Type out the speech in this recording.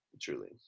truly